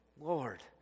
Lord